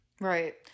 Right